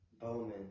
Bowman